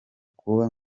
kuba